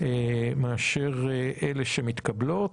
מאשר אלה שמתקבלות.